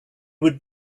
would